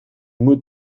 moet